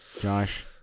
Josh